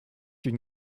une